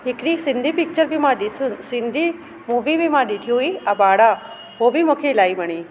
हिकड़ी सिंधी पिचर बि मां ॾिस मां सिंधी मूवी बि मां ॾिठी हुई आबाड़ा उहो बि मूंखे इलाही वणी